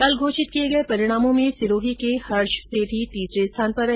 कल घोषित किये गये परिणामों में सिरोही के हर्ष सेठी तीसरे स्थान पर रहे